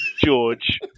George